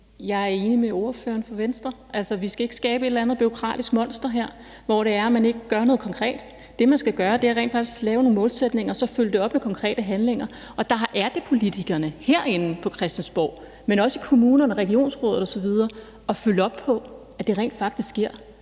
er enig med ordføreren for Venstre. Vi skal ikke skabe et eller andet bureaukratisk monster, hvor man ikke gør noget konkret. Det, man rent faktisk skal gøre, er at lave nogle målsætninger og så følge det op med konkrete handlinger, og der er det politikerne herinde på Christiansborg, men også i kommunerne og i regionsrådet osv., der løbende skal følge op på det